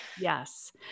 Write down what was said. Yes